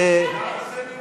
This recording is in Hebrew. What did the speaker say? הינה, אני יושבת.